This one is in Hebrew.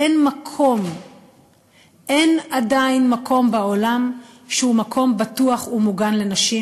אין עדיין מקום בעולם שהוא מקום בטוח ומוגן לנשים,